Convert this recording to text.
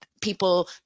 people